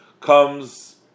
comes